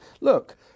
look